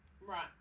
Right